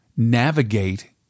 navigate